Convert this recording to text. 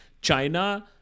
China